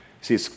See